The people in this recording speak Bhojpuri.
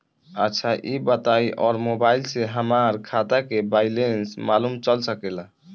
अच्छा ई बताईं और मोबाइल से हमार खाता के बइलेंस मालूम चल सकेला?